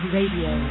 Radio